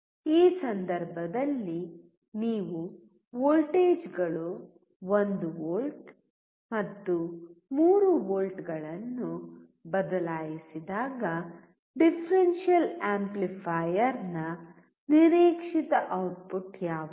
ಈ ಸಂದರ್ಭದಲ್ಲಿ ನೀವು ವೋಲ್ಟೇಜ್ಗಳು 1 ವೋಲ್ಟ್ ಮತ್ತು 3 ವೋಲ್ಟ್ಗಳನ್ನು ಬದಲಾಯಿಸಿದಾಗ ಡಿಫರೆನ್ಷಿಯಲ್ ಆಂಪ್ಲಿಫೈಯರ್ನ ನಿರೀಕ್ಷಿತ ಔಟ್ಪುಟ್ ಯಾವುದು